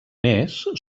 més